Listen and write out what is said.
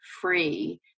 free